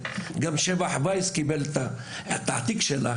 אלא גם שבח וייס קיבל את התעתיק שלה.